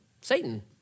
Satan